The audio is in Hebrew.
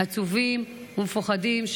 עצובים ומפוחדים,